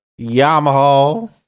Yamaha